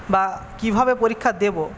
বা কীভাবে পরীক্ষা দেব